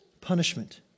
punishment